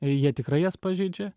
jie tikrai jas pažeidžia